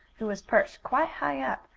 who was perched quite high up,